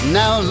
now